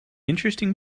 interesting